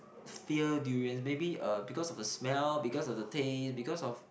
fear durians maybe uh because of the smell because of the taste because of